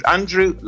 Andrew